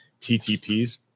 TTPs